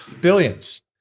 billions